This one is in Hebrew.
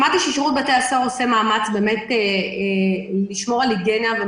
שמעתי ששירות בתי הסוהר עושה באמת מאמץ לשמור על היגיינה והוא